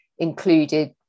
included